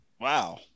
Wow